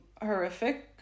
horrific